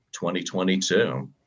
2022